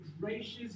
gracious